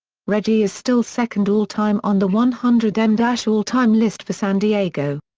reggie is still second all time on the one hundred m dash all time list for san diego.